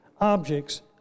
objects